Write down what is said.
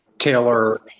Taylor